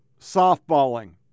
softballing